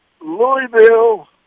Louisville